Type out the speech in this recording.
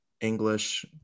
English